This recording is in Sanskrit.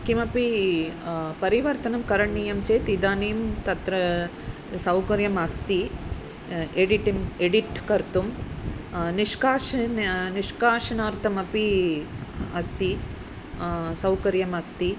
किमपि परिवर्तनं करणीयं चेत् इदानीं तत्र सौकर्यमस्ति एडिटिं एडिट् कर्तुं निष्कासन निष्कासनार्थमपि अस्ति सौकर्यमस्ति